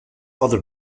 other